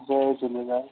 Jay Jhulelal